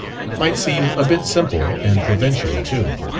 might seem a bit simple and provincial too.